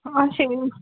آچھا